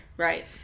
Right